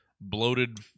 bloated